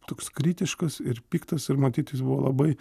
toks kritiškas ir piktas ir matyt jis buvo labai